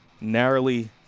narrowly